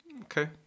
Okay